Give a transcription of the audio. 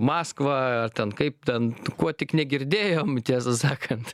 maskvą ten kaip ten kuo tik negirdėjom tiesą sakant